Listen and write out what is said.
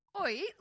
Oi